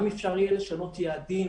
גם אפשר יהיה לשנות יעדים